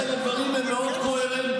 כשהחוק אומר, הדברים הם מאוד קוהרנטיים.